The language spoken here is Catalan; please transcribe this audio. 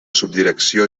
subdirecció